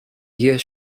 year